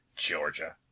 georgia